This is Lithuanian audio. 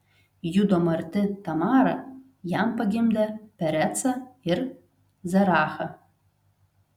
judo marti tamara jam pagimdė perecą ir zerachą